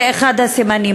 זה אחד הסימנים.